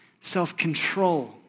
self-control